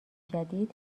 جدید